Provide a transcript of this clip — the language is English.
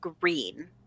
green